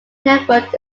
network